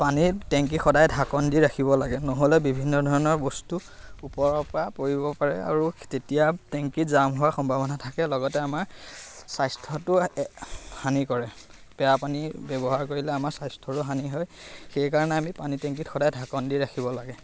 পানী টেংকী সদায় ঢাকোন দি ৰাখিব লাগে নহ'লে বিভিন্ন ধৰণৰ বস্তু ওপৰৰ পৰা পৰিব পাৰে আৰু তেতিয়া টেংকিত জাম হোৱাৰ সম্ভাৱনা থাকে লগতে আমাৰ স্বাস্থ্যটো হানি কৰে বেয়া পানী ব্যৱহাৰ কৰিলে আমাৰ স্বাস্থ্যৰো হানি হয় সেইকাৰণে আমি পানী টেংকিত সদায় ঢাকোন দি ৰাখিব লাগে